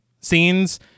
scenes